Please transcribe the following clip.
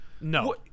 no